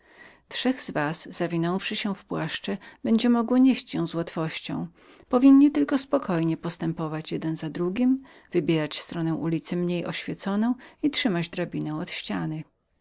trzech z was zawinąwszy się w płaszcze będzie mogło nieść ją z łatwością powinni tylko spokojnie postępować jak gdyby szli jeden za drugim wybierać stronę ulicy mniej oświeconą i trzymać drabinę od ściany